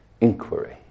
inquiry